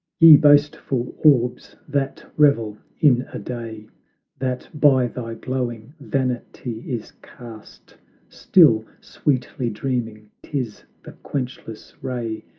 ye boastful orbs that revel in a day that by thy glowing vanity is cast still sweetly dreaming tis the quenchless ray,